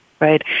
right